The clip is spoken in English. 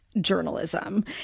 journalism